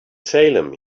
salem